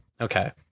Okay